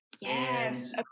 Yes